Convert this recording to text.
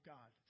God